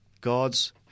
God's